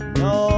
no